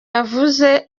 ahuye